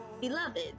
Beloved